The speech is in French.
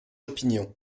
opinions